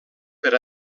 per